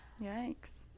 yikes